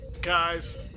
Guys